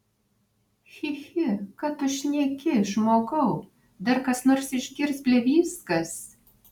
chi chi ką tu šneki žmogau dar kas nors išgirs blevyzgas